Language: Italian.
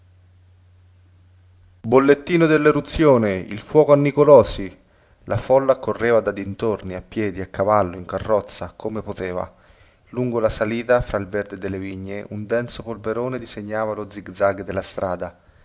bollettino delleruzione il fuoco a nicolosi la folla accorreva dai dintorni a piedi a cavallo in carrozza come poteva lungo la salita fra il verde delle vigne un denso polverone disegnava il zig-zag della strada